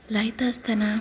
लायता आसतना